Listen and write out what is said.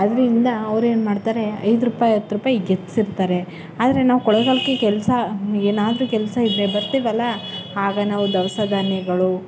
ಅದರಿಂದ ಅವ್ರೇನು ಮಾಡ್ತಾರೆ ಐದು ರೂಪಾಯಿ ಹತ್ತು ರೂಪಾಯಿಗೆ ಹೆಚ್ಸಿರ್ತಾರೆ ಆದರೆ ನಾವು ಕೊಳ್ಳೇಗಾಲಕ್ಕೆ ಕೆಲಸ ಏನಾದರೂ ಕೆಲಸ ಇದ್ದರೆ ಬರ್ತೀವಲ್ಲ ಆಗ ನಾವು ದವಸ ಧಾನ್ಯಗಳೂ